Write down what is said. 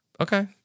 Okay